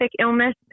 illness